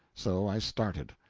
so i started.